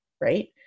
Right